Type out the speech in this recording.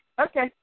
Okay